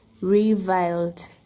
reviled